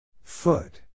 Foot